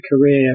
career